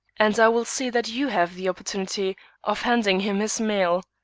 and i will see that you have the opportunity of handing him his mail.